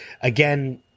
Again